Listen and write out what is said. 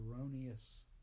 erroneous